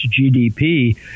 GDP